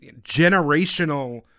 generational